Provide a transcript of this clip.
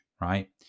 right